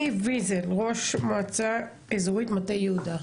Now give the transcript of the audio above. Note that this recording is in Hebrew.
ניב ויזל, ראש מועצה אזורית מטה יהודה.